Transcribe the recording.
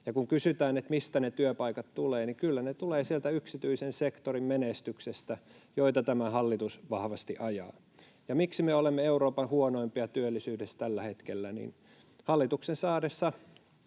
Ja kun kysytään, että mistä ne työpaikat tulevat, niin kyllä ne tulevat sieltä yksityisen sektorin menestyksistä, joita tämä hallitus vahvasti ajaa. Ja miksi me olemme Euroopan huonoimpia työllisyydessä tällä hetkellä? Hallituksen saadessa